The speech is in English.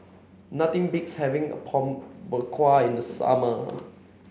nothing beats having Apom Berkuah in the summer